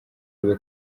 rwo